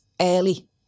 early